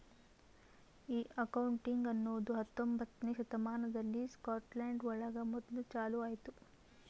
ಈ ಅಕೌಂಟಿಂಗ್ ಅನ್ನೋದು ಹತ್ತೊಂಬೊತ್ನೆ ಶತಮಾನದಲ್ಲಿ ಸ್ಕಾಟ್ಲ್ಯಾಂಡ್ ಒಳಗ ಮೊದ್ಲು ಚಾಲೂ ಆಯ್ತು